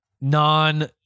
non